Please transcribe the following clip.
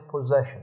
possession